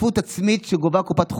השתתפות עצמית שגובה קופת החולים,